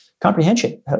comprehension